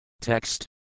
Text